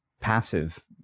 passive